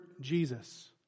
Jesus